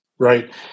Right